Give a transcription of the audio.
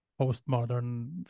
postmodern